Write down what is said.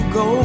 go